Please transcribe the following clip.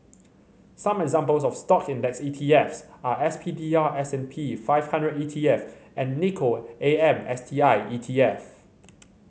some examples of Stock index E T F s are S P D R S and P five hundred E T F and Nikko A M S T I E T F